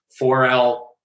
4L